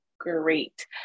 great